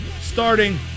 starting